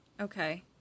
Okay